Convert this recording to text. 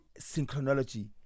synchronology